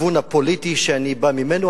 הכיוון הפוליטי שאני בא ממנו,